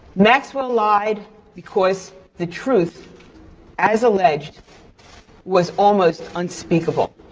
maxwell lied because the truth as alleged was almost unspeakable.